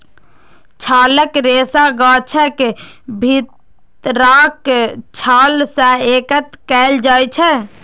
छालक रेशा गाछक भीतरका छाल सं एकत्र कैल जाइ छै